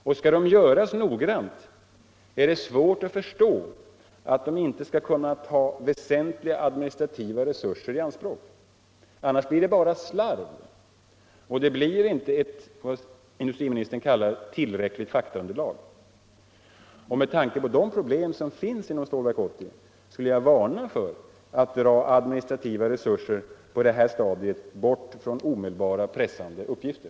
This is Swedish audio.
Och skall dessa utredningar göras noggrant är det svårt att förstå att de inte skall komma att ta väsentliga administrativa resurser i anspråk. Annars blir det bara slarv, och man får inte vad industriministern kallar ett ”tillräckligt faktaunderlag”. Och med tanke på de problem som finns inom Stålverk 80 skulle jag vilja varna för att på detta stadium dra administrativa resurser bort från omedelbara, pressande uppgifter.